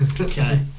Okay